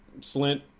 Slint